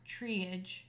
triage